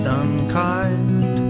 unkind